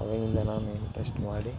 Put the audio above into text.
ಆವಾಗಿಂದ ನಾನು ಇಂಟ್ರಸ್ಟ್ ಮಾಡಿ